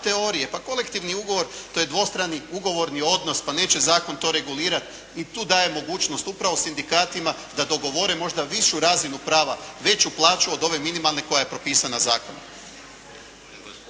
teorije. Pa kolektivni ugovor, to je dvostrani ugovorni odnos. Pa neće zakon to regulirati. I tu daje mogućnost upravo sindikatima da dogovore možda višu razinu prava, veću plaću od ove minimalne koja je propisana zakonom.